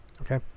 Okay